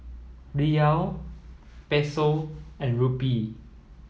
Riyal Peso and Rupee